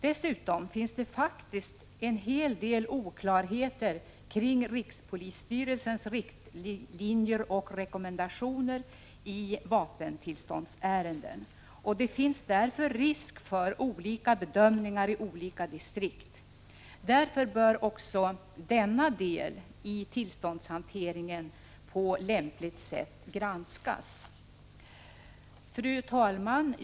Dessutom finns faktiskt en hel del oklarheter kring rikspolisstyrelsens riktlinjer och rekommendationer i vapentillståndsärenden, varför det finns risk för olika bedömningar i olika distrikt. Därför bör också denna del i tillståndshanteringen på lämpligt sätt granskas. Fru talman!